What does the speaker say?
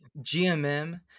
GMM